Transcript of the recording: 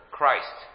Christ